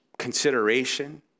Consideration